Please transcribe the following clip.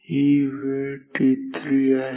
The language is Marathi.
हीच वेळ t3 आहे